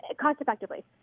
cost-effectively